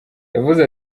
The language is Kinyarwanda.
yavuze